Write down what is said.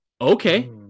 okay